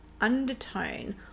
undertone